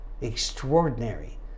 extraordinary